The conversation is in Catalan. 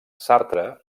sartre